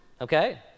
okay